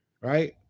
Right